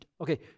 Okay